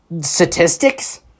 statistics